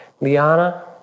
Liana